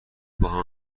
باهم